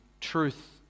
truth